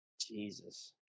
Jesus